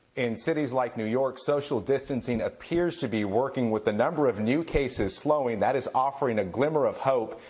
in cities like new york, social distancing appears to be working, with the number of new cases slowing. that is offering a glimmer of hope.